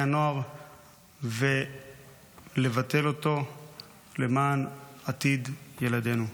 הנוער ולבטל אותו למען עתיד ילדינו.